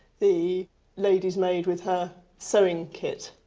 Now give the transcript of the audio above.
the lady's maid with her sewing kit.